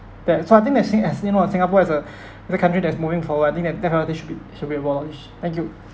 that so I think that seeing as you know singapore is a every country that is moving forward I think that death penalty should be should be abolished thank you